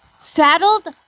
Saddled